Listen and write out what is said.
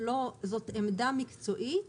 זאת עמדה מקצועית